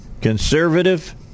conservative